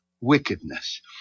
wickedness